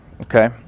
okay